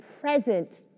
present